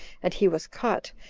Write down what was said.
and he was caught,